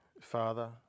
Father